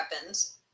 weapons